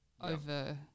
over